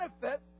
benefit